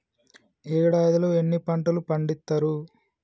ఏడాదిలో ఎన్ని పంటలు పండిత్తరు?